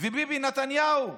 וביבי נתניהו,